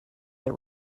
that